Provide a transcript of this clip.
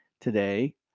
today